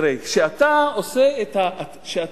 תראה, כשאתה שוזר